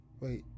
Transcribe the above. wait